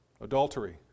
adultery